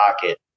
pocket